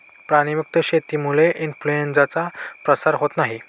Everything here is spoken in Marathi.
प्राणी मुक्त शेतीमुळे इन्फ्लूएन्झाचा प्रसार होत नाही